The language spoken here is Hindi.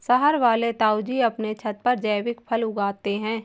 शहर वाले ताऊजी अपने छत पर जैविक फल उगाते हैं